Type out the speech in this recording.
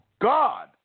God